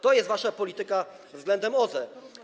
To jest wasza polityka względem OZE.